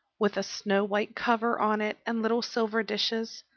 with a snow-white cover on it, and little silver dishes,